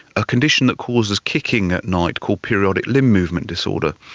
a condition that causes kicking at night called periodic limb movement disorder,